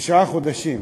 תשעה חודשים.